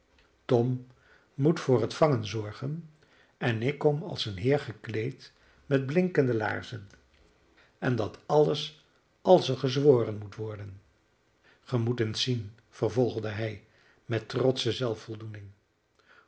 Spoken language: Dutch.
tom moet voor het vangen zorgen en ik kom als een heer gekleed met blinkende laarzen en dat alles als er gezworen moet worden gij moet eens zien vervolgde hij met trotsche